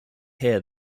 hair